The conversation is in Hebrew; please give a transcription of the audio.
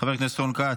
חבר הכנסת רון כץ,